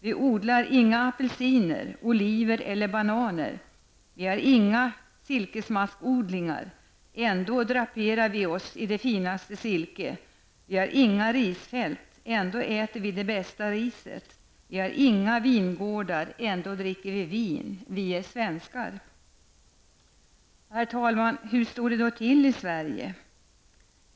Vi odlar inga apelsiner, oliver eller bananer. Vi har inga silkesmaskodlingar, ändå draperar vi oss i det finaste silke. Vi har inga risfält, ändå äter vi det bästa riset. Vi har inga vingårdar, ändå dricker vi vin. Vi är svenskar. Herr talman! Hur står det då till i Sverige?